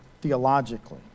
theologically